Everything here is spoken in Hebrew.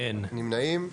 נמנעים?